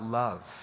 love